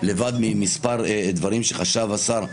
לבד ממספר דברים שחשב השר,